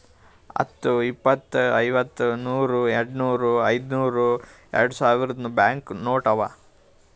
ಹತ್ತು, ಇಪ್ಪತ್, ಐವತ್ತ, ನೂರ್, ಯಾಡ್ನೂರ್, ಐಯ್ದನೂರ್, ಯಾಡ್ಸಾವಿರ್ದು ಬ್ಯಾಂಕ್ ನೋಟ್ ಅವಾ